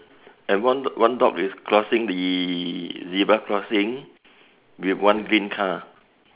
and one one dog is crossing the zebra crossing with one green car